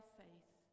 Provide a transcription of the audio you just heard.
faith